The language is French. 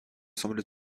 semble